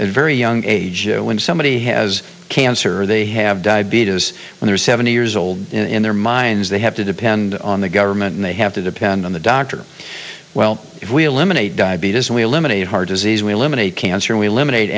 very young age when some he has cancer they have diabetes and they're seventy years old in their minds they have to depend on the government and they have to depend on the doctor well if we eliminate diabetes and we eliminate heart disease we eliminate cancer we eliminate